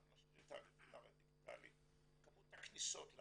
אנחנו משאירים את האתר הדיגיטלי, כמות הכניסות היא